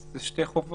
אלה שתי חובות.